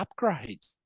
upgrades